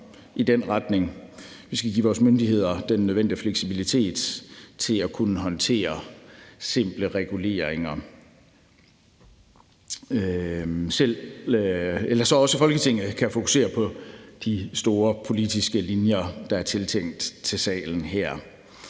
i den retning. Vi skal give vores myndigheder den nødvendige fleksibilitet til at kunne håndtere simple reguleringer selv, så Folketinget kan fokusere på de store politiske linjer, der er tiltænkt salen her.